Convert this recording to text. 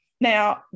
Now